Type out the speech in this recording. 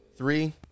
three